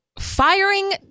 firing